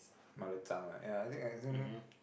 mother tongue right yea I think I think